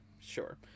sure